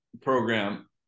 program